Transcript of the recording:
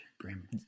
brim